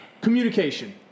Communication